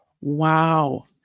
Wow